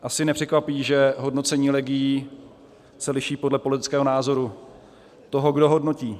Asi nepřekvapí, že hodnocení legií se liší podle politického názoru toho, kdo hodnotí.